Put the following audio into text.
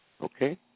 okay